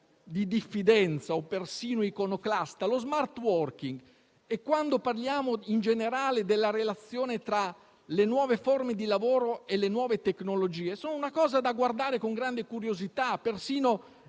di diffidenza o persino iconoclasta. Lo *smart working* e la relazione tra le nuove forme di lavoro e le nuove tecnologie sono una cosa da guardare con grande curiosità, persino